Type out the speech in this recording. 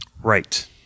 Right